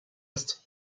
est